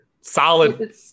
Solid